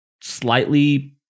slightly